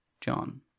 John